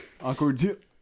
Awkward